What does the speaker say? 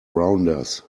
rounders